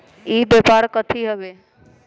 ई व्यापार कथी हव?